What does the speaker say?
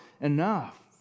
enough